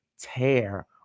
tear